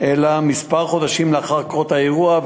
אלא כמה חודשים לאחר פרוץ האירוע,